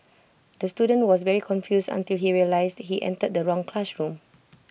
the student was very confused until he realised he entered the wrong classroom